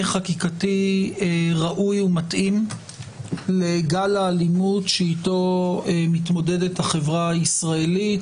חקיקתי ראוי ומתאים לגל האלימות שאתו מתמודדת החברה הישראלית,